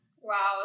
Wow